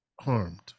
harmed